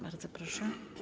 Bardzo proszę.